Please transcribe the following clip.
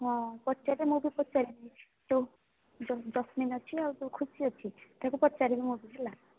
ହଁ ପଚାରେ ମୁଁ ବି ପଚାରିବି ତୁ ଜସ୍ମିନ ଅଛି ଆଉ ତୋ ଖୁସି ଅଛି ତାକୁ ପଚାରିକି ନେବୁ ହେଲା